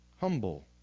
humble